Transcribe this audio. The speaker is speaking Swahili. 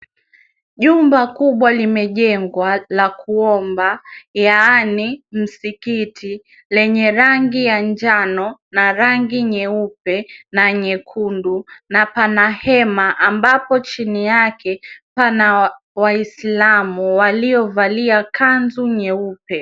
Jumba kubwa limejengwa la kuomba yaani msikiti lenye rangi ya njano na rangi nyeupe na nyekundu na pana hema ambapo chini yake pana waislamu waliovalia kanzu nyeupe.